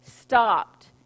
stopped